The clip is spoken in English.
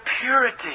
purity